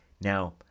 now